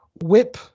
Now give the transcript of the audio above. whip